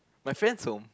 my friend's home